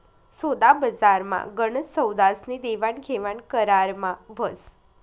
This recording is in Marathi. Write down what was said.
सोदाबजारमा गनच सौदास्नी देवाणघेवाण करारमा व्हस